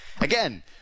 again